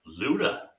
luda